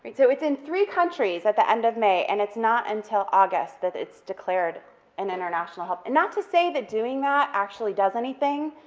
it's it's in three countries at the end of may, and it's not until august that it's declared an international health, and not to say that doing that actually does anything,